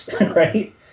right